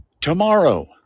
Tomorrow